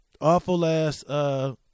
awful-ass